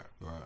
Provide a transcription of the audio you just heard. right